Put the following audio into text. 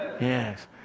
Yes